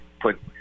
put